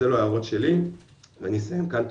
אז אלו ההערות שלי ואני אסיים כאן,